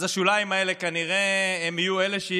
אז השוליים האלה כנראה יהיו אלה,